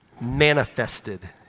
manifested